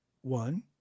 One